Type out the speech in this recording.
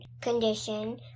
condition